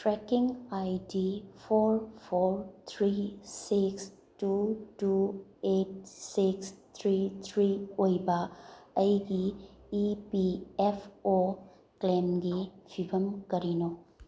trekking I D four four three six two two eight six three three ꯑꯣꯏꯕ ꯑꯩꯒꯤ E P F O ꯀ꯭ꯂꯦꯝꯒꯤ ꯐꯤꯕꯝ ꯀꯔꯤꯅꯣ